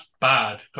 bad